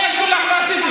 אני אסביר לך מה עשיתי.